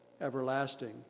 everlasting